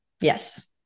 Yes